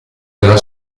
della